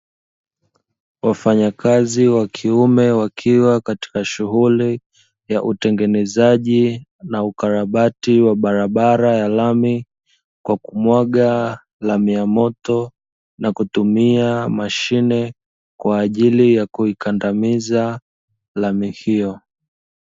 Wafanyakazi wa kiume wakiwa katika shughuli ya utengenezaji na ukarabati wa barabara ya lami, kwa kumwaga lami ya moto na kutumia mashine kwa ajili ya kuikandamiza lami hiyo.